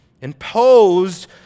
imposed